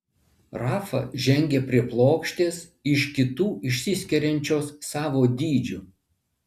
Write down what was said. rafa žengė prie plokštės iš kitų išsiskiriančios savo dydžiu